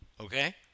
Okay